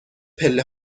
پله